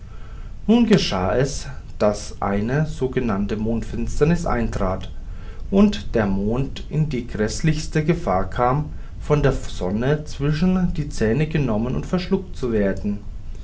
nun geschah es daß eine sogenannte mondfinsternis eintrat und der mond in die gräßlichste gefahr kam von der sonne zwischen die zähne genommen und verschluckt zu werden